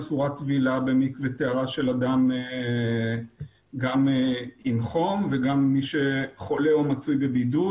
אסורה טבילה במקווה טהרה של אדם גם עם חום וגם מי שחולה או נמצא בבידוד.